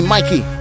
Mikey